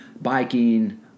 biking